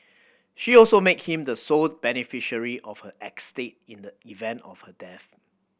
she also made him the sole beneficiary of her estate in the event of her death